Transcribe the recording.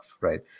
right